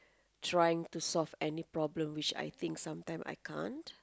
trying to solve any problem which I think sometime I can't